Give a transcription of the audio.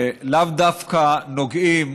ולאו דווקא נוגעים